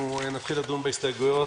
אנחנו נתחיל לדון בהסתייגויות.